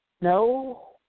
No